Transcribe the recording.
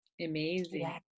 amazing